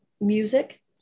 music